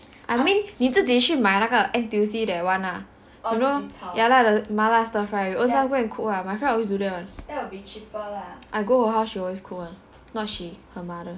I mean 你自己去买了个 N_T_U_C that one lah you know ya lah the 麻辣 stir fry you ownself go and cook lah my friend always do that one I go her house she always cook [one] not she her mother